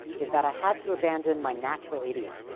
is that i had to abandon my natural idiom,